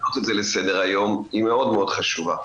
להעלות את זה לסדר היום היא מאוד מאוד חשובה.